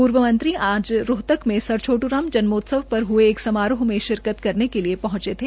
पूर्व मंत्री आज रोहतक में सर छोटूराम जन्मोत्सव पर हुए एक समारोह में शिरकत करने के लिए पहंचे थे